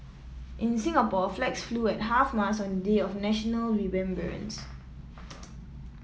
in Singapore flags flew at half mast on the day of national remembrance